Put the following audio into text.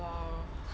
!wow!